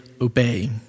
obey